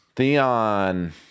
Theon